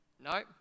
no